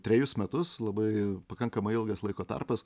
trejus metus labai pakankamai ilgas laiko tarpas